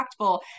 impactful